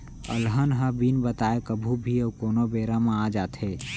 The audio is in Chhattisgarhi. अलहन ह बिन बताए कभू भी अउ कोनों बेरा म आ जाथे